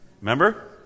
Remember